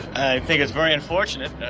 i think it's very unfortunate,